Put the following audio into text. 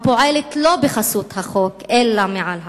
הפועלת לא בחסות החוק אלא מעל החוק,